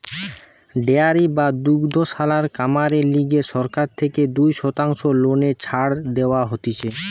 dairy বা দুগ্ধশালার কামেরে লিগে সরকার থেকে দুই শতাংশ লোনে ছাড় দেওয়া হতিছে